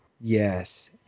Yes